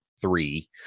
three